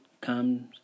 comes